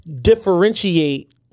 differentiate